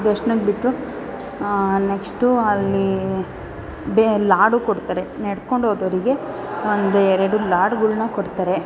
ದರ್ಶ್ನಕ್ಕೆ ಬಿಟ್ಟರು ನೆಕ್ಸ್ಟು ಅಲ್ಲಿ ಬೆ ಲಾಡು ಕೊಡ್ತಾರೆ ನೆಡ್ಕೊಂಡು ಹೋದೋರಿಗೆ ಒಂದು ಎರಡು ಲಾಡುಗಳ್ನ ಕೊಡ್ತಾರೆ